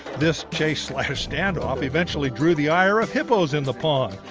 this chase, slash standoff eventually drew the ire of hippos in the pond.